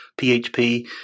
PHP